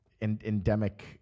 endemic